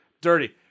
Dirty